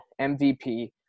MVP